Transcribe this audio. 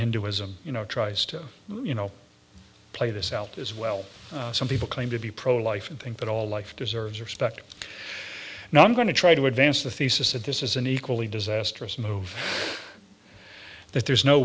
hindu ism you know tries to you know play this out as well some people claim to be pro life and think that all life deserves respect and i'm going to try to advance the thesis that this is an equally disastrous move that there's no